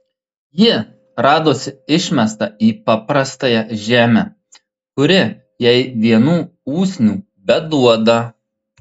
ji radosi išmesta į paprastąją žemę kuri jai vienų usnių beduoda